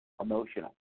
emotional